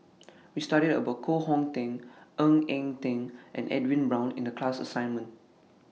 We studied about Koh Hong Teng Ng Eng Teng and Edwin Brown in The class assignment